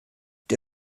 die